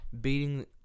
beating